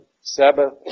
Sabbath